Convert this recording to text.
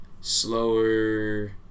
slower